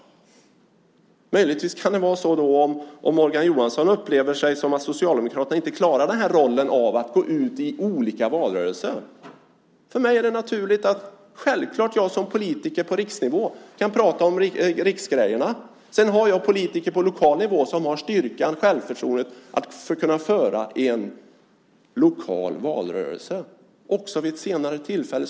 Möjligtvis kan det vara så att Morgan Johansson upplever att Socialdemokraterna inte klarar rollen att gå ut i olika valrörelser. För mig är det naturligt och självklart att jag som politiker på riksnivå kan prata om riksgrejerna. Sedan finns det politiker på lokal nivå som har styrkan och självförtroendet att kunna sköta en lokal valrörelse vid ett senare tillfälle.